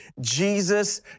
Jesus